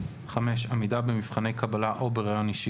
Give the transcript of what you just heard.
(5)עמידה במבחני קבלה או בראיון אישי,